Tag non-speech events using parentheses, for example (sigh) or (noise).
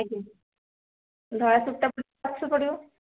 ଆଜ୍ଞା ଧଳା (unintelligible) ପଡ଼ିବ